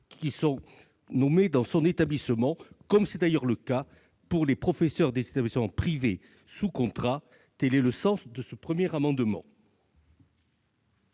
qui sont nommés dans son établissement, comme c'est d'ailleurs le cas pour les professeurs des établissements privés sous contrat. L'amendement